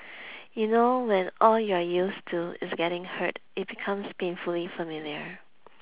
you know when all you're used to is getting hurt it becomes painfully familiar